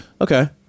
okay